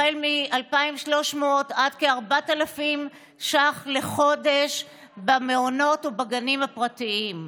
מ-2,300 עד כ-4,000 ש"ח לחודש במעונות ובגנים הפרטיים.